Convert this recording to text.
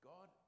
God